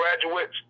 graduates